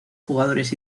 jugadores